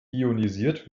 ionisiert